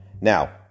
now